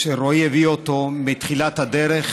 שרועי הביא אותו מתחילת הדרך,